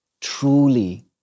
truly